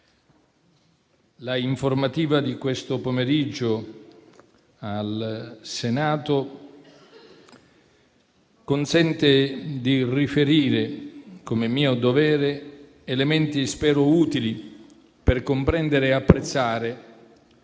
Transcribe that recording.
l'informativa di questo pomeriggio al Senato consente di riferire, come mio dovere, elementi spero utili per comprendere e apprezzare